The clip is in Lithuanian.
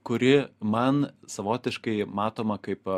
kuri man savotiškai matoma kaip